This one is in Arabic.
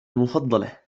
المفضلة